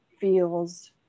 feels